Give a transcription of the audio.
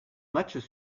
matchs